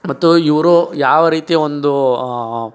ಮತ್ತು ಇವರು ಯಾವ ರೀತಿಯ ಒಂದು